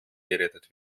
gerettet